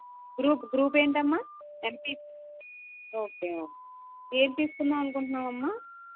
group group ఏంటి అమ్మా MPC okay okay ఏది తీసుకుందాము అనుకుంటున్నావు అమ్మా